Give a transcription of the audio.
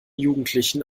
jugendlichen